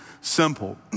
simple